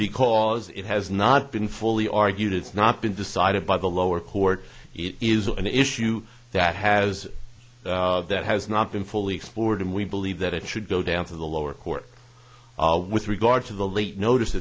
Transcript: because it has not been fully argued it's not been decided by the lower court it is an issue that has that has not been fully explored and we believe that it should go down to the lower court with regard to the late notice